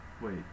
Wait